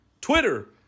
Twitter